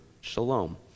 shalom